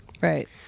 Right